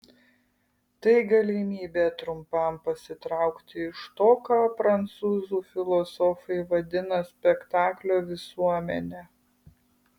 tai galimybė trumpam pasitraukti iš to ką prancūzų filosofai vadina spektaklio visuomene